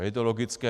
A je to logické.